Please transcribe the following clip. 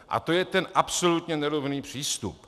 A to je ten absolutně nerovný přístup.